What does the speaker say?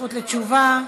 זכות לתשובה.